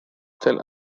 tell